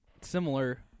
Similar